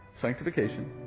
sanctification